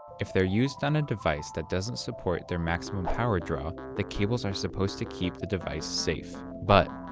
if they're used on a device that doesn't support their maximum power draw, the cables are supposed to keep the device safe. but,